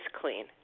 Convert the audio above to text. clean